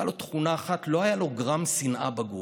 הייתה לו תכונה אחת: לא היה לו גרם שנאה בגוף.